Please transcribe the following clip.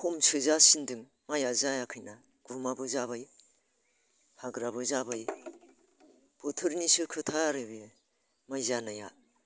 खमसो जासिनदों माइआ जायाखैना गुमाबो जाबाय हाग्राबो जाबाय बोथोरनिसो खोथा आरो बे माइ जानाया